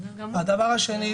הדבר השני.